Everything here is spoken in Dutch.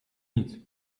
niet